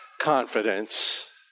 confidence